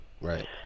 right